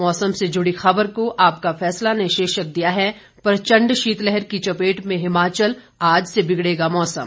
मौसम से जुड़ी खबर को आपका फैसला ने शीर्षक दिया है प्रचंड शीतलहर की चपेट में हिमाचल आज से बिगड़ेगा मौसम